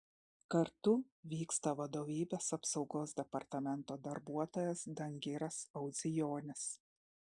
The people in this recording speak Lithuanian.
kartu vyksta vadovybės apsaugos departamento darbuotojas dangiras audzijonis